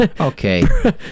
Okay